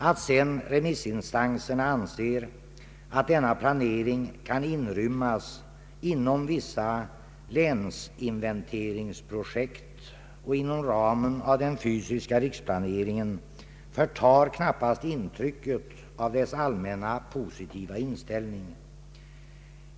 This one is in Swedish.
Att remissinstanserna sedan anser att denna planering kan inrymmas inom vissa länsinventeringsprojekt och inom ramen för den fysiska riksplaneringen förtar knappast intryc ket av deras allmänna positiva inställning.